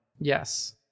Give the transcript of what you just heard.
Yes